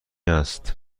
است